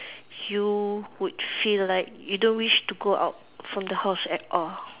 you would feel like you don't wish to go out from the house at all